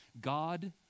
God